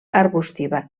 arbustiva